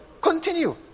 Continue